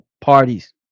parties